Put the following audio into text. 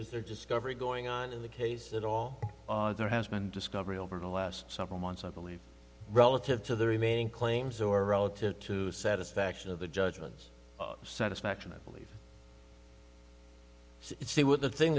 is there discovery going on in the case at all ah there has been discovery over the last several months i believe relative to the remaining claims or relative to satisfaction of the judgments satisfaction i believe see what the thing